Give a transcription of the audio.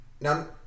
Now